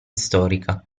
storica